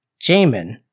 Jamin